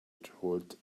told